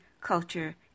culture